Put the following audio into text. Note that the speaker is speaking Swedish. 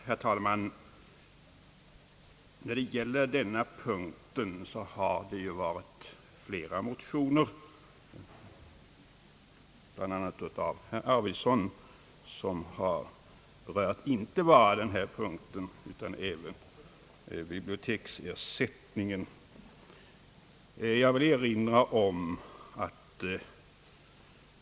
Herr talman! Under denna punkt förekommer ett flertal motionsyrkanden, bl.a. av herr Arvidson som, förutom andra ting, även tagit upp frågan om biblioteksersättningarna.